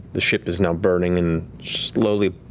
the ship is now burning and slowly,